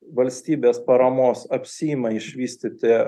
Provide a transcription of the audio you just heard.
valstybės paramos apsiima išvystyti